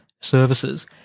services